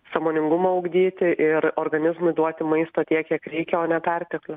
sąmoningumą ugdyti ir organizmui duoti maisto tiek kiek reikia o ne perteklių